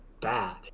bad